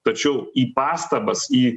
tačiau į pastabas į